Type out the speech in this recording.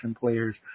players